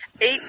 eight